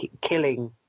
killing